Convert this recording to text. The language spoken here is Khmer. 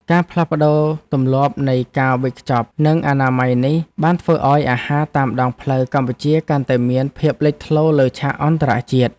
ការផ្លាស់ប្តូរទម្លាប់នៃការវេចខ្ចប់និងអនាម័យនេះបានធ្វើឱ្យអាហារតាមដងផ្លូវកម្ពុជាកាន់តែមានភាពលេចធ្លោលើឆាកអន្តរជាតិ។